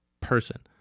person